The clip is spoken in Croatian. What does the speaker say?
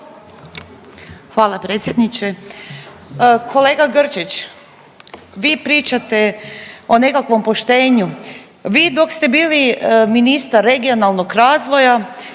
Hvala predsjedniče. Kolega Grčić, vi pričate o nekakvom poštenju, vi dok ste bili ministar regionalnog razvoja,